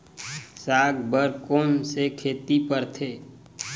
साग बर कोन से खेती परथे?